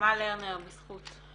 נעמה לרנר, בזכות.